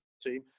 team